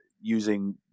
using –